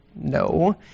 No